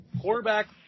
Quarterback